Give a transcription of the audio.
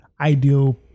ideal